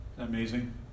Amazing